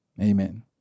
amen